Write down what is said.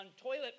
toilet